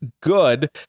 good